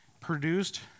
produced